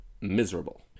miserable